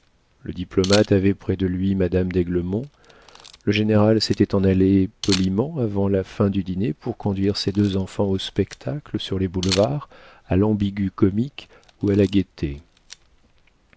le diplomate avait près de lui madame d'aiglemont le général s'en était allé poliment avant la fin du dîner pour conduire ses deux enfants au spectacle sur les boulevards à l'ambigu-comique ou à la gaieté